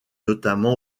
notamment